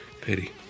pity